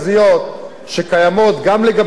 שקיימות גם לגבי חיילים,